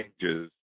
changes